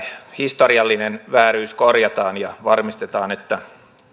historiallinen vääryys korjataan ja varmistetaan että